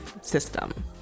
system